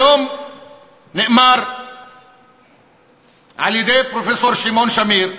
היום אמר פרופסור שמעון שמיר,